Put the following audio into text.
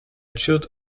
отчет